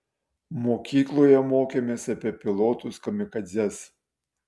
mokykloje mokėmės apie pilotus kamikadzes